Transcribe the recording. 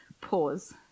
Pause